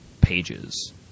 pages